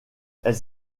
elle